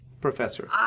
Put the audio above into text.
Professor